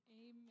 Amen